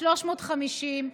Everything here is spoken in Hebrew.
350,